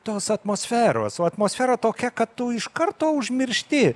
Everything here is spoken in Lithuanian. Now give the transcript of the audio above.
tos atmosferos o atmosfera tokia kad tu iš karto užmiršti